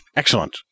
Excellent